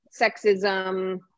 sexism